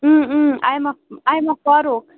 اۭں اۭں آیمہ آیمہٕ فاروق